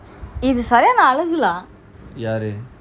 இது சீரான அழகுல:ithu seriyana alagula